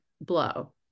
blow